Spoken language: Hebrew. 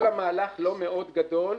כל המהלך לא מאוד גדול.